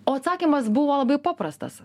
o atsakymas buvo labai paprastas